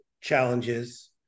challenges